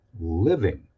living